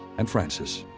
and francis,